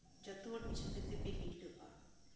ᱡᱚᱛᱚ ᱦᱚᱲ ᱢᱤᱫ ᱥᱚᱸᱜᱮ ᱛᱮᱯᱮ ᱦᱤᱞᱟᱹᱜᱼᱟ